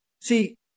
See